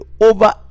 over